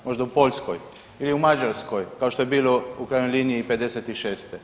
Možda u Poljskoj ili u Mađarskoj kao što je bilo u krajnjoj liniji i '56.